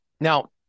Now